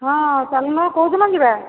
ହଁ ଚାଲୁନ କେଉଁ ଦିନ ଯିବା